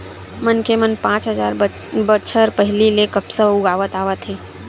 मनखे मन पाँच हजार बछर पहिली ले कपसा उगावत आवत हवय